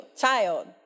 child